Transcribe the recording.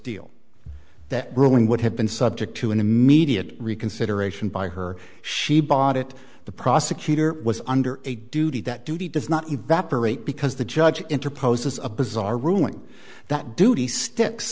deal that ruling would have been subject to an immediate reconsideration by her she bought it the prosecutor was under a duty that duty does not evaporated because the judge interposes a bizarre ruling that duty sticks